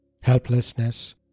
helplessness